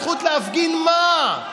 הזכות להפגין מה?